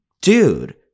Dude